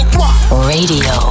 radio